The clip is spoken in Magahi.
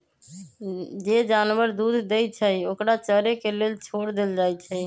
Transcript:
जे जानवर दूध देई छई ओकरा चरे के लेल छोर देल जाई छई